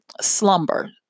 slumber